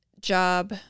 job